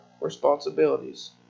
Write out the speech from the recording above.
responsibilities